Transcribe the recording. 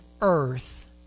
earth